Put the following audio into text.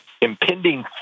impending